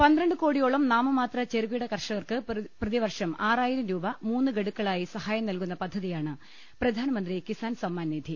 പന്ത്രണ്ട് കോടിയോളം നാമമാത്ര ചെറുകിട കർഷകർക്ക് പ്രതിവർഷം ആറായിരം രൂപ മൂന്ന് ഗഡുക്കളായി സഹായം നൽകുന്ന പദ്ധതിയാണ് പ്രധാൻമന്ത്രി കിസാൻ സമ്മാൻ നിധി